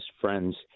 friends